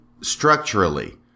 structurally